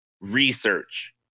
research